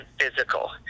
physical